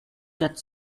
quatre